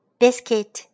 biscuit